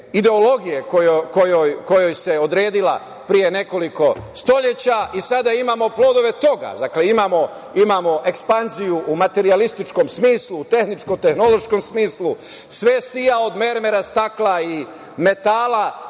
ideologije kojoj se odredila pre nekoliko vekova. Sada imamo plodove toga. Imamo ekspanziju u materijalističkom smislu, u tehničko-tehnološkom smislu, sve sija od mermera, stakla i metala.